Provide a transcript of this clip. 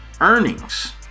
earnings